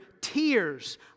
tears